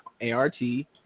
a-r-t